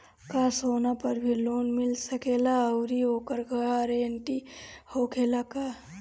का सोना पर भी लोन मिल सकेला आउरी ओकर गारेंटी होखेला का?